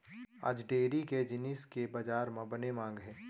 आज डेयरी के जिनिस के बजार म बने मांग हे